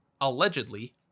allegedly